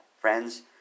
friends